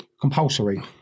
compulsory